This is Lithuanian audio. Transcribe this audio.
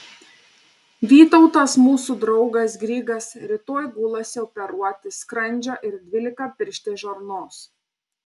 vytautas mūsų draugas grigas rytoj gulasi operuoti skrandžio ir dvylikapirštės žarnos